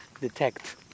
detect